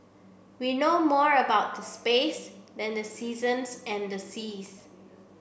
we know more about the space than the seasons and the seas